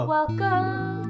Welcome